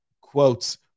quotes